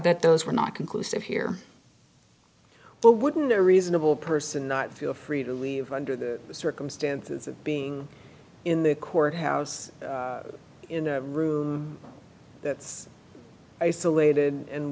that those were not conclusive here but wouldn't a reasonable person feel free to leave under the circumstances of being in the courthouse in a room that's isolated